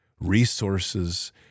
Resources